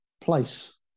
place